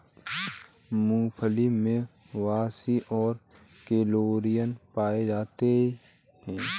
मूंगफली मे वसा और कैलोरी पायी जाती है